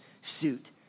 suit